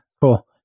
cool